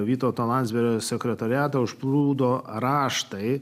vytauto landsbergio sekretoriato užplūdo raštai